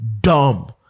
dumb